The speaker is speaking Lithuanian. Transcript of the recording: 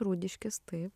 rūdiškės taip